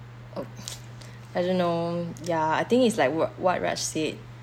oh I don't know ya I think it's like what raj said